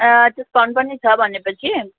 discount पनि छ भनेपछि